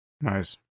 Nice